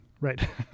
Right